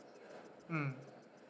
mm